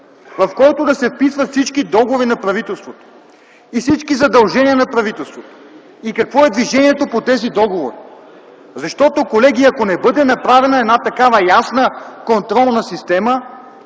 в който да се вписват всички договори на правителството и всички задължения на правителството и какво е движението по тези договори. Защото, колеги, ако не бъде направена една такава ясна контролна система,